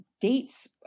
dates